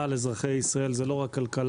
על אזרחי ישראל זה לא רק כלכלה,